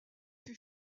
fut